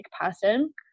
person